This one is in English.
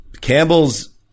Campbell's